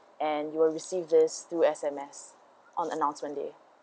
and you will received these two S_M_S on announcement day